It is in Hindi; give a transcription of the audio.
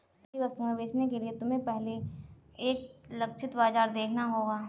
तुम्हारी वस्तुएं बेचने के लिए तुम्हें पहले एक लक्षित बाजार देखना होगा